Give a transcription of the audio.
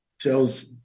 tells